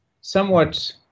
somewhat